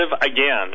again